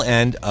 end